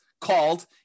called